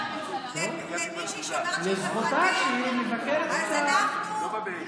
אני רוצה לחשוף בפניכם איזה סקופ קטן שכנראה לא שמעתם עליו,